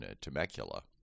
Temecula